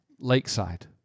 lakeside